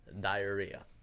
Diarrhea